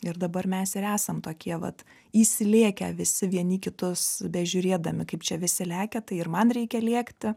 ir dabar mes ir esam tokie vat įsilėkę visi vieni į kitus bežiūrėdami kaip čia visi lekia tai ir man reikia lėkti